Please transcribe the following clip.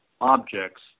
objects